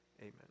Amen